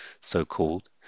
so-called